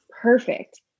Perfect